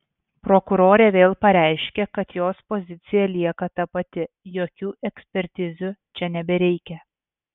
prokurorė vėl pareiškė kad jos pozicija lieka ta pati jokių ekspertizių čia nebereikia